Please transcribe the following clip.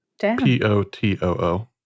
P-O-T-O-O